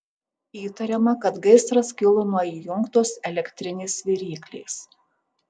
įtariama kad gaisras kilo nuo įjungtos elektrinės viryklės